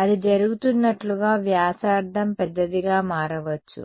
అది జరుగుతున్నట్లుగా వ్యాసార్థం పెద్దదిగా మారవచ్చు